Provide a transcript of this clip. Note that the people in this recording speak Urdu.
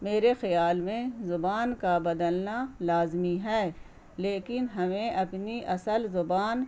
میرے خیال میں زبان کا بدلنا لازمی ہے لیکن ہمیں اپنی اصل زبان